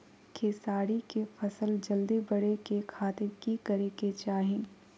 खेसारी के फसल जल्दी बड़े के खातिर की करे के चाही?